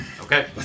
Okay